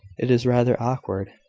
it is rather awkward.